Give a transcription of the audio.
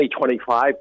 2025